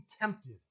tempted